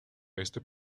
este